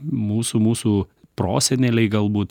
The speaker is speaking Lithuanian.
mūsų mūsų proseneliai galbūt